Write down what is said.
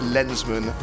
Lensman